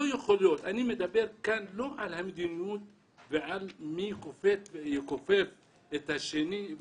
אני מדבר כאן לא על המדיניות ועל מי יכופף את השני.